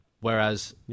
Whereas